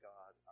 God